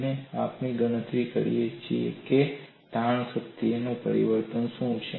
અને આપણે ગણતરી કરીએ છીએ કે તાણ શક્તિમાં પરિવર્તન શું છે